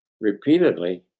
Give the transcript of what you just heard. repeatedly